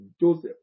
Joseph